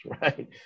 right